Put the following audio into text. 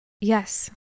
Yes